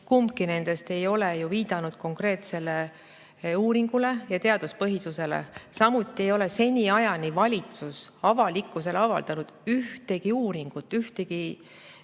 kumbki nendest ei ole viidanud konkreetsele uuringule või teaduspõhisusele. Samuti ei ole seniajani valitsus avalikkusele avaldanud ühtegi uuringut, ühtegi